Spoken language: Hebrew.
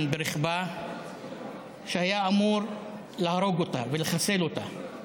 ברכבה שהיה אמור להרוג אותה ולחסל אותה.